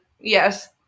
yes